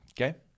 Okay